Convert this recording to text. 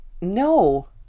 no